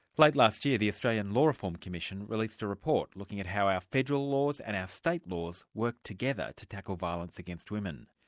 late last year the australian law reform commission released a report looking at how our federal laws and our state laws work together to tackle violence against women.